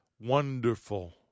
Wonderful